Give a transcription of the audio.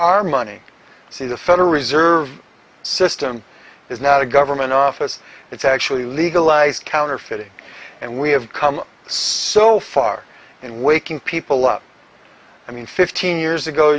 our money you see the federal reserve system is not a government office it's actually legalized counterfeiting and we have come so far in waking people up i mean fifteen years ago